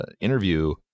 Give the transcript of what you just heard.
interview